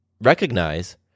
recognize